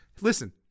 listen